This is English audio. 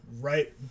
right